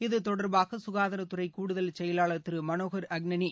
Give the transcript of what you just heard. இது தொடர்பாகசுகாதாரத்துறைகூடுதல் செயலாளர் திருமனோகர் அக்னளி